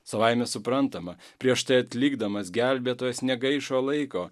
savaime suprantama prieš tai atlikdamas gelbėtojas negaišo laiko